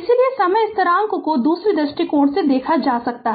इसलिए समय स्थिरांक को दूसरे दृष्टिकोण से देखा जा सकता है